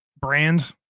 brand